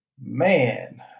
Man